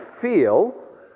feel